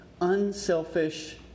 unselfish